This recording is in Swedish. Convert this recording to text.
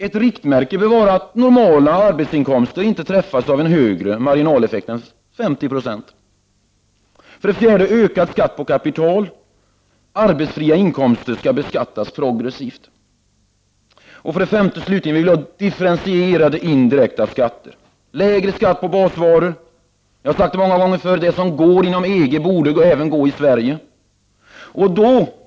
Ett riktmärke bör vara att normala arbetsinkomster träffas av högst 50 Jo marginaleffekt. 4. Vi vill ha ökad skatt på kapital. Arbetsfria inkomster skall beskattas progressivt. 5. Vi vill ha differentierade indirekta skatter. Det skall vara lägre skatt på basvaror. Jag har sagt det många gånger förr men jag upprepar: Det som går att åstadkomma inom EG borde även gå att åstadkomma i Sverige.